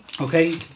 Okay